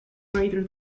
greater